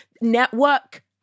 network